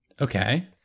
Okay